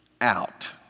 out